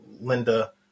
Linda